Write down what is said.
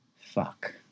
Fuck